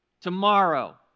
tomorrow